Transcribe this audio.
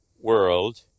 world